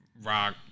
rock